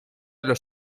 los